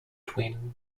twin